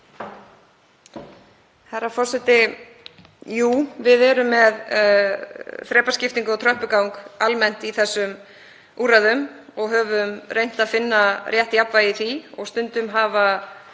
Herra forseti. Jú, við erum með þrepaskiptingu og tröppugang almennt í þessum úrræðum og höfum reynt að finna rétt jafnvægi í því og stundum hafa